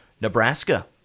Nebraska